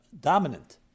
dominant